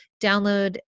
Download